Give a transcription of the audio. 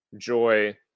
joy